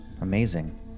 Amazing